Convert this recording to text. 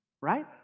right